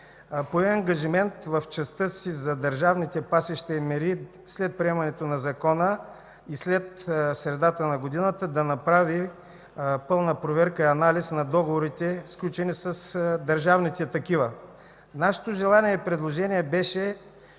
пое ангажимент в частта си за държавните пасища и мери, след приемането на Закона и след средата на годината, да направи пълна проверка и анализ на договорите, сключени с държавните такива. Нашето желание и предложение беше